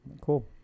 Cool